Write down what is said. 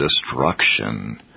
destruction